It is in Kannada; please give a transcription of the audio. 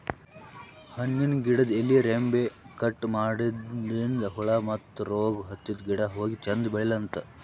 ಹಣ್ಣಿನ್ ಗಿಡದ್ ಎಲಿ ರೆಂಬೆ ಕಟ್ ಮಾಡದ್ರಿನ್ದ ಹುಳ ಮತ್ತ್ ರೋಗ್ ಹತ್ತಿದ್ ಗಿಡ ಹೋಗಿ ಚಂದ್ ಬೆಳಿಲಂತ್